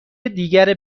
دیگر